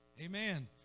Amen